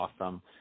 Awesome